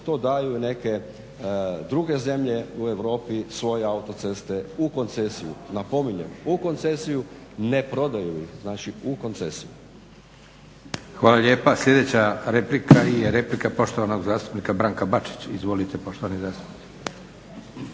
to daju neke druge zemlje u Europi svoje autoceste u koncesiju. Napominjem, u koncesiju ne prodaju ih. Znači u koncesiju. **Leko, Josip (SDP)** Hvala lijepa. Sljedeća replika je replika poštovanog zastupnika Branka Bačića. Izvolite poštovani zastupniče.